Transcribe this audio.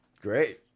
Great